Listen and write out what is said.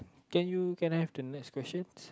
can you can I have the next questions